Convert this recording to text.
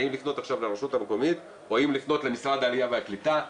האם לפנות עכשיו לרשות המקומית או האם לפנות למשרד העלייה והקליטה,